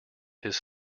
his